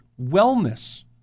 Wellness